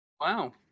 Wow